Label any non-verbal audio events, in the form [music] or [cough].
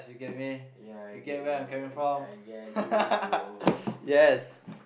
you get me you get where I'm coming from [laughs] yes